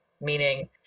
meaning